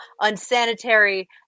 unsanitary